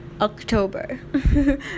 October